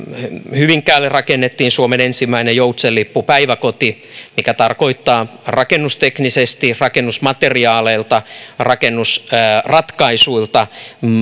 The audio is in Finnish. hyvinkäälle rakennettiin suomen ensimmäinen joutsenlippupäiväkoti mikä tarkoittaa rakennusteknisesti rakennusmateriaaleiltaan rakennusratkaisuiltaan